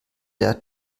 der